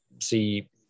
see